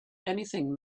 anything